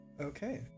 Okay